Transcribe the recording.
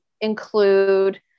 include